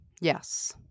Yes